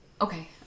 Okay